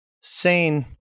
Sane